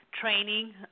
training